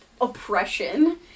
oppression